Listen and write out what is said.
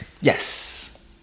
Yes